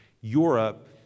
Europe